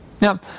Now